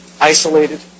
Isolated